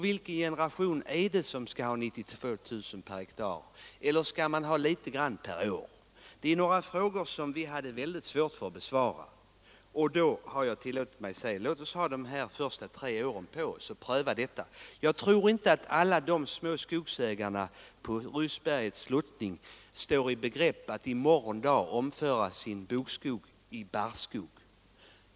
Vilken generation är det som skall ha 92 000 per hektar? Eller skall man ha litet per år? Frågorna är svåra att besvara. Därför har jag tillåtit mig att säga: Låt oss ta de tre första åren på oss och pröva detta. Jag tror inte att alla de små skogsägarna på Ryssbergets sluttning står i begrepp att i morgon dag omföra sin bokskog till barrskog.